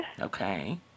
Okay